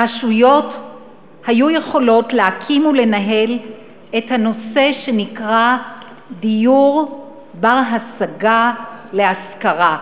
הרשויות היו יכולות להקים ולנהל את הנושא שנקרא "דיור בר-השגה להשכרה",